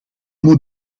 moet